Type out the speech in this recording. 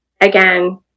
again